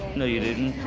no you didn't.